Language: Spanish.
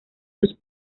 sus